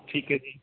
ਠੀਕ ਹੈ ਜੀ